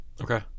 Okay